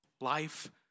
Life